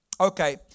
Okay